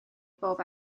bob